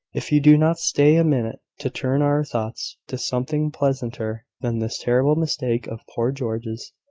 if you do not stay a minute to turn our thoughts to something pleasanter than this terrible mistake of poor george's.